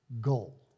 goal